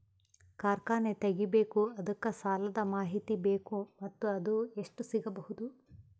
ಕಾರ್ಖಾನೆ ತಗಿಬೇಕು ಅದಕ್ಕ ಸಾಲಾದ ಮಾಹಿತಿ ಬೇಕು ಮತ್ತ ಅದು ಎಷ್ಟು ಸಿಗಬಹುದು?